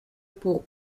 pour